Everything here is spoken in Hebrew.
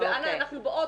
לאן אנחנו באות?